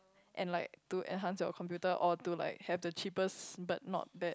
and like to enhance your computer or to like have the cheapest but not bad